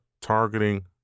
targeting